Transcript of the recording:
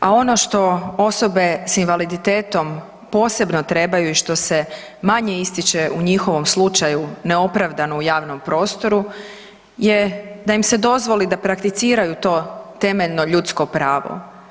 A ono što osobe s invaliditetom posebno trebaju i što se manje ističe u njihovom slučaju neopravdano u javnom prostoru je da im se dozvoli da prakticiraju to temeljno ljudsko pravo.